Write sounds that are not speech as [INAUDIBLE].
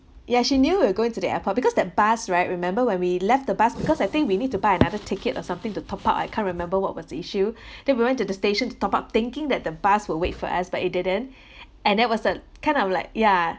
ya she knew we're going to the airport because that bus right remember when we left the bus because I think we need to buy another ticket or something to top up I can't remember what was the issue [BREATH] then we went to the station to top up thinking that the bus will wait for us but it didn't [BREATH] and that was a kind of like ya